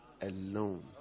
alone